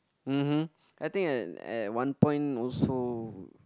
uh I think at at one point also